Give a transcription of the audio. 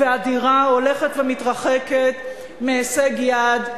הדירה הולכת ומתרחקת מהישג-יד,